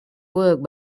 worked